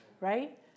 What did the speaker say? right